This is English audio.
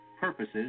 purposes